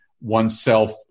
oneself